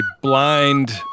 blind